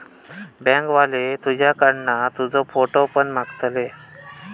bank वाले तुझ्याकडना तुजो फोटो पण मागतले